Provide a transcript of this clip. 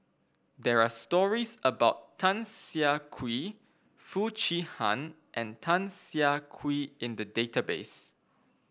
there are stories about Tan Siah Kwee Foo Chee Han and Tan Siah Kwee in the database